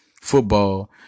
football